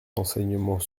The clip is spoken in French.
l’enseignement